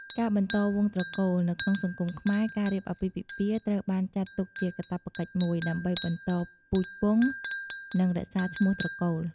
ការបន្តវង្សត្រកូល នៅក្នុងសង្គមខ្មែរ ការរៀបអាពាហ៍ពិពាហ៍ត្រូវបានចាត់ទុកជាកាតព្វកិច្ចមួយ ដើម្បីបន្តពូជពង្ស និងរក្សាឈ្មោះត្រកូល។